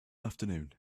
afternoon